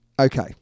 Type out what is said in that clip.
Okay